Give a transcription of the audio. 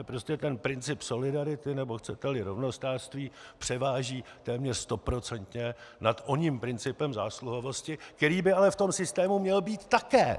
Prostě princip solidarity, nebo chceteli rovnostářství, převáží téměř stoprocentně nad oním principem zásluhovosti, který by ale v tom systému měl být také!